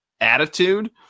attitude